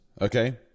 Okay